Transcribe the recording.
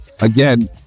Again